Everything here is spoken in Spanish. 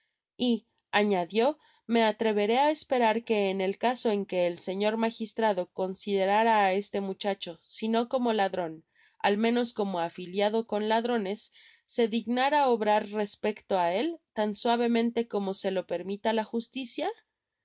visto huir yañadióme atreveré á esperar que en el caso en que el señor magistrado considerara á este muchacho sino como ladron al menos como afiliado con ladrones se dignara obrar respecto á él tan suavemente como se lo permita la justicia